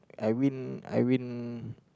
I win I win